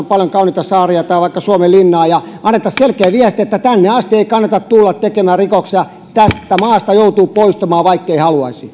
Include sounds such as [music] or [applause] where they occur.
[unintelligible] paljon kauniita saaria tai vaikka suomenlinnaan ja annettaisiin selkeä viesti että tänne asti ei kannata tulla tekemään rikoksia että tästä maasta joutuu poistumaan vaikkei haluaisi